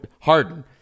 Harden